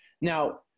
Now